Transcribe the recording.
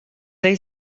they